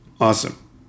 Awesome